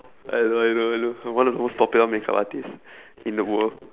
I know I know I know I'm one of the most popular make up artist in the world